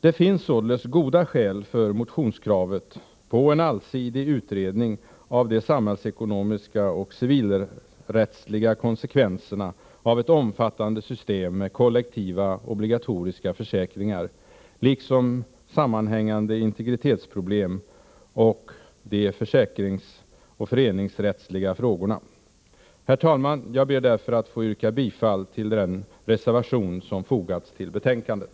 Det finns således goda skäl för motionskravet på en allsidig utredning av de samhällsekonomiska och civilrättsliga konsekvenserna av ett omfattande system med kollektiva, obligatoriska försäkringar, liksom sammanhängande integritetsproblem och de föreningsrättsliga frågorna. Herr talman! Jag ber därför att få yrka bifall till den reservation som fogats till betänkandet.